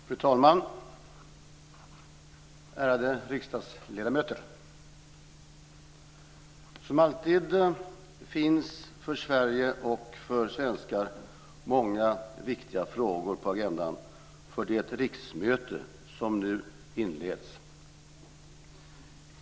Fru talman! Ärade riksdagsledamöter! Som alltid finns för Sverige och för svenskar många viktiga frågor på agendan för det riksmöte som nu inleds.